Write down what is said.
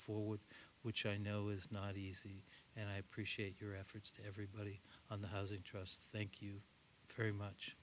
forward which i know is not easy and i appreciate your efforts to everybody on the housing trust thank you very much